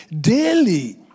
daily